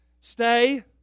Stay